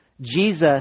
Jesus